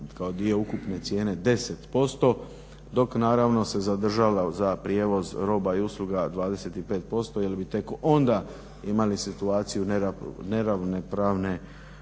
kao dio ukupne cijene 10% dok naravno se zadržala za prijevoz roba i usluga 25% jer bi tek onda imali situaciju neravnopravne